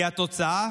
כי התוצאה